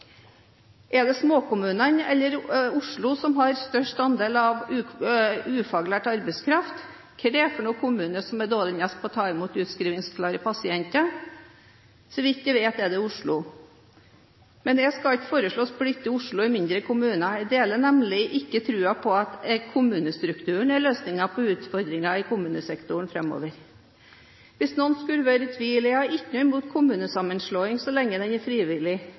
Er det småkommunene eller Oslo som har størst andel av ufaglært arbeidskraft? Hvilke kommuner er dårligst på å ta mot utskrivingsklare pasienter? Så vidt jeg vet, er det Oslo. Men jeg skal ikke foreslå å splitte Oslo i mindre kommuner. Jeg deler nemlig ikke troen på at endring av kommunestrukturen er løsningen på utfordringene i kommunesektoren i framtiden. Hvis noen skulle være i tvil, har jeg ingenting imot kommunesammenslåing så lenge den er frivillig.